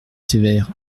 sévère